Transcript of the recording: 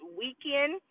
weekend